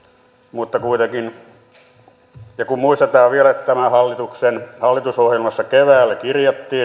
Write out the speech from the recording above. mutta kuitenkin kun muistetaan vielä että tämän hallituksen hallitusohjelmassa keväällä kirjattiin